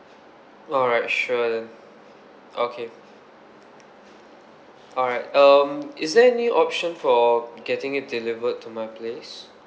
alright sure then okay alright um is there any option for getting it delivered to my place